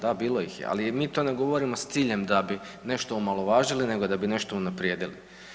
Da, bilo ih je ali mi to ne govorimo s ciljem da bi nešto omalovažili, nego da bi nešto unaprijedili.